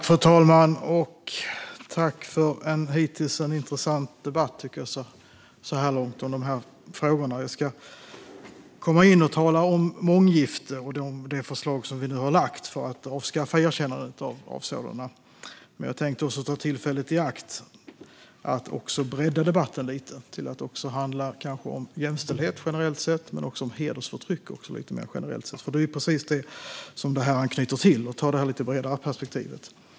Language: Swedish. Fru talman! Jag tackar för en hittills intressant debatt i dessa frågor. Jag ska tala om månggifte och det förslag som har lagts fram för att avskaffa erkännandet av sådana. Men jag tänkte också ta tillfället i akt att bredda debatten lite till att även handla om jämställdhet och hedersförtryck mer generellt sett. Det är precis vad detta anknyter till, och därför vill jag ta det lite bredare perspektivet.